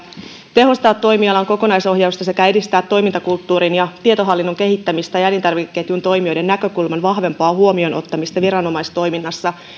tehostaa toimialan kokonaisohjausta sekä edistää toimintakulttuurin ja tietohallinnon kehittämistä ja elintarvikeketjun toimijoiden näkökulman vahvempaa huomioon ottamista viranomaistoiminnassa